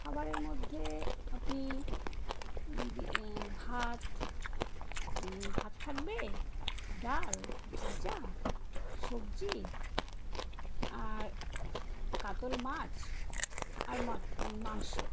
খাবারের মধ্যে আপনি ভাত ভাত থাকবে ডাল ভাজা সবজি আর কাতল মাছ আর ম মাংস